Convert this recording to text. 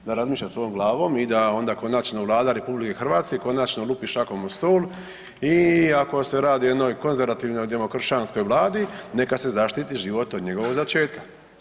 Da razmišlja svojom glavom i da onda konačno Vlada RH, konačno lupi šakom o stol i iako se radi o jednoj konzervativnoj demokršćanskoj Vladi, neka se zaštiti život od njegovog začetka.